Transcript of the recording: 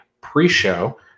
pre-show